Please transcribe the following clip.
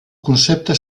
concepte